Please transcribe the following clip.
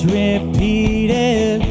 repeated